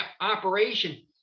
operation